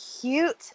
cute